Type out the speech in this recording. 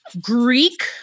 Greek